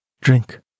Drink